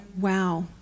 wow